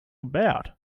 about